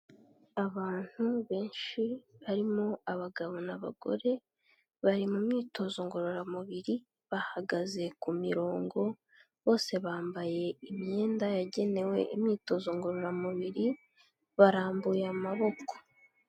Abantu benshi barimo abagabo n'abagore bari mu myitozo ngororamubiri bahagaze ku mirongo bose bambaye imyenda yagenewe imyitozo ngororamubiri barambuye amaboko.